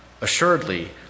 Assuredly